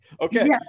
Okay